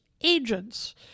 agents